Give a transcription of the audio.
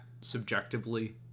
subjectively